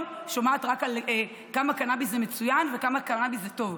אני שומעת רק עד כמה הקנביס מצוין וכמה קנביס זה טוב.